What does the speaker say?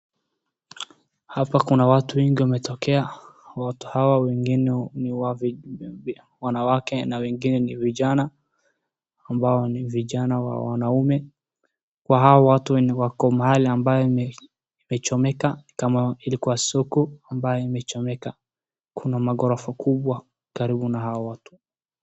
Hapa kuna watu wengi wametokea. Wote hao wengine ni wanawake na wengine ni vijana ambao ni vijana wa wanaume, kwa hao watu wenye wako mahali ambapo pamechomeka kama ilikuwa soko ambayo imechomeka. Kuna maghorofa kubwa karibu na hao watu.